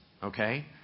Okay